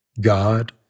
God